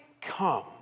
come